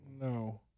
No